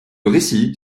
récit